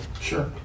Sure